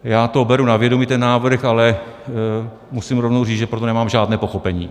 Já to beru na vědomí, ten návrh, ale musím rovnou říct, že pro to nemám žádné pochopení.